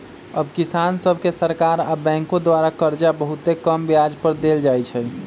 अब किसान सभके सरकार आऽ बैंकों द्वारा करजा बहुते कम ब्याज पर दे देल जाइ छइ